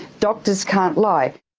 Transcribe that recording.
doctors can't lie.